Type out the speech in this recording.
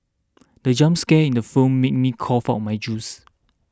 the jump scare in the film made me cough out my juice